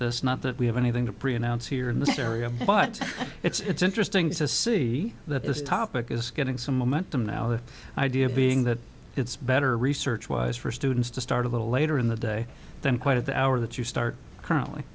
this not that we have anything to preannounce here in this area but it's interesting to see that this topic is getting some momentum now the idea being that it's better research wise for students to start a little later in the day than quite at the hour that you start currently